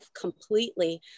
completely